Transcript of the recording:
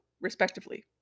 respectively